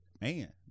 Man